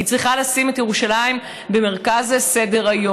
היא צריכה לשים את ירושלים במרכז סדר-היום,